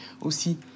aussi